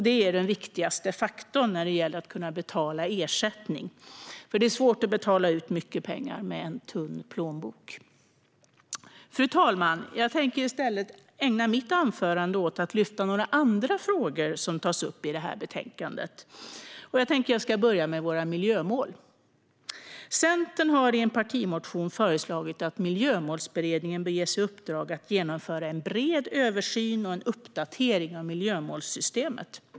Det är den viktigaste faktorn när det gäller att betala ersättning eftersom det är svårt att betala ut mycket pengar med en tunn plånbok. Fru talman! Jag tänker i stället ägna mitt anförande åt att lyfta upp några andra frågor som tas upp i betänkandet. Jag börjar med våra miljömål. Centern har i en partimotion föreslagit att Miljömålsberedningen ska ges i uppdrag att genomföra en bred översyn och en uppdatering av miljömålssystemet.